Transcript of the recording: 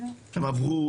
הם עברו,